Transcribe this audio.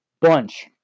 bunch